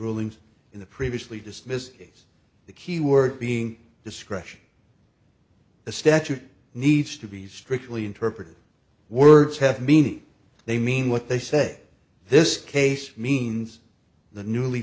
rulings in the previously dismiss case the key word being discretion the statute needs to be strictly interpret words have meaning they mean what they say this case means the newly